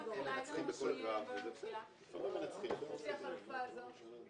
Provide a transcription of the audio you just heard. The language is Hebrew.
לפי החלופה הזאת,